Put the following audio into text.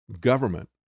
government